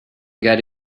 get